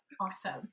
Awesome